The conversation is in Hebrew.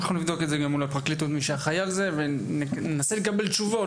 אנחנו נבדוק את זה מול האחראי בנושא בפרקליטות וננסה לקבל תשובות.